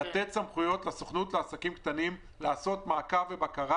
הוא לתת סמכויות לסוכנות לעסקים קטנים לעשות מעקב ובקרה